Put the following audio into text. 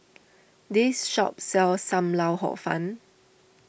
this shop sells Sam Lau Hor Fun